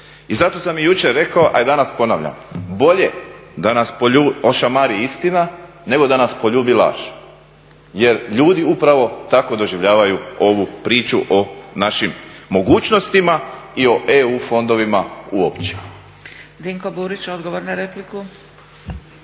I zato sam i jučer rekao, a i danas ponavljam, bolje da nas ošamari istina, nego da nas poljubi laž. Jer ljudi upravo tako doživljavaju ovu priču o našim mogućnostima i o EU fondovima uopće. **Zgrebec, Dragica